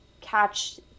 catch